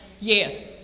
Yes